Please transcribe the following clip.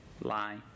lie